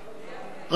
מי בעד,